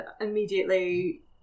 Immediately